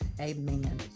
Amen